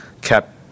kept